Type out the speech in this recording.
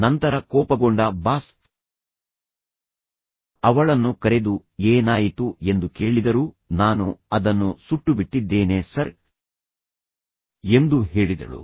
ನಂತರ ಕೋಪಗೊಂಡ ಬಾಸ್ ಅವಳನ್ನು ಕರೆದು ಏನಾಯಿತು ಎಂದು ಕೇಳಿದರು ನಾನು ಅದನ್ನು ಸುಟ್ಟುಬಿಟ್ಟಿದ್ದೇನೆ ಸರ್ ಎಂದು ಹೇಳಿದಳು